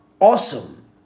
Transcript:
awesome